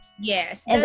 Yes